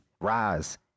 rise